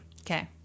Okay